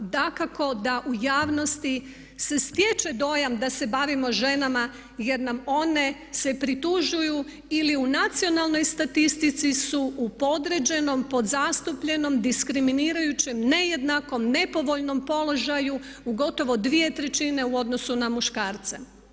Dakako da u javnosti se stječe dojam da se bavimo ženama jer nam one se pritužuju ili u nacionalnoj statistici su u podređenom, podzastupljenom, diskriminirajućem ne jednakom, nepovoljnom položaju u gotovo dvije trećine u odnosu na muškarca.